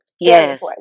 Yes